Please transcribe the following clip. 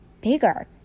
bigger